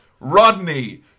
Rodney